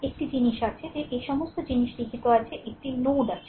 একটি জিনিস আছে যে এই সমস্ত জিনিস লিখিত আছে যে একটি নোড আছে